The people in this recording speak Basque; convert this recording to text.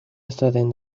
izaten